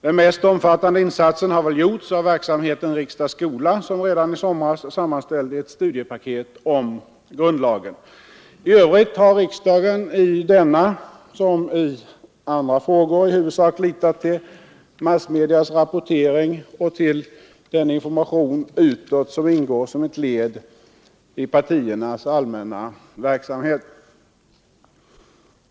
Den mest omfattande insatsen har väl gjorts av verksamheten ”Riksdag—skola” som redan i somras sammanställde ett studiepaket om grundlagen. I övrigt har riksdagen i denna som i andra frågor huvudsakligen litat till massmedias rapportering och till den information utåt som ingår som ett led i partiernas allmänna verksamhet.